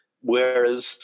Whereas